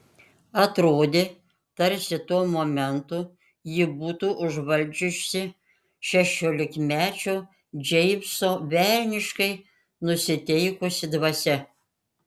atrodė tarsi tuo momentu jį būtų užvaldžiusi šešiolikmečio džeimso velniškai nusiteikusi dvasia